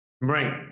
Right